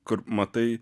kur matai